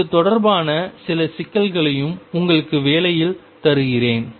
இது தொடர்பான சில சிக்கல்களையும் உங்கள் வேலையில் தருகிறேன்